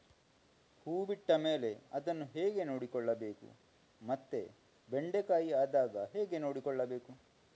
ಹೂ ಬಿಟ್ಟ ಮೇಲೆ ಅದನ್ನು ಹೇಗೆ ನೋಡಿಕೊಳ್ಳಬೇಕು ಮತ್ತೆ ಬೆಂಡೆ ಕಾಯಿ ಆದಾಗ ಹೇಗೆ ನೋಡಿಕೊಳ್ಳಬೇಕು?